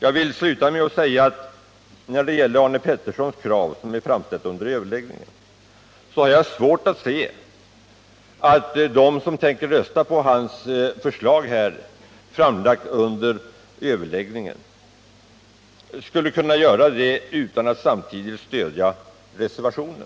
Jag vill sluta mitt anförande med att säga att jag har svårt att se att de som tänker rösta på det förslag som Arne Pettersson har framställt under överläggningen skulle kunna göra det utan att samtidigt stödja reservationen.